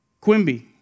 Quimby